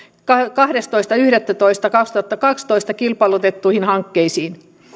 kahdestoista yhdettätoista kaksituhattakaksitoista kilpailutettuihin hankkeisiin